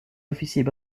officiers